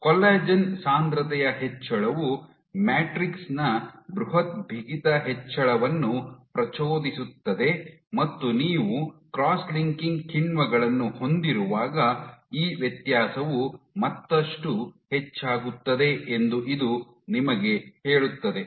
collagen ಸಾಂದ್ರತೆಯ ಹೆಚ್ಚಳವು matrix ನ ಬೃಹತ್ ಬಿಗಿತ ಹೆಚ್ಚಳವನ್ನು ಪ್ರಚೋದಿಸುತ್ತದೆ ಮತ್ತು ನೀವು ಕ್ರಾಸ್ ಲಿಂಕಿಂಗ್ ಕಿಣ್ವಗಳನ್ನು ಹೊಂದಿರುವಾಗ ಈ ವ್ಯತ್ಯಾಸವು ಮತ್ತಷ್ಟು ಹೆಚ್ಚಾಗುತ್ತದೆ ಎಂದು ಇದು ನಿಮಗೆ ಹೇಳುತ್ತದೆ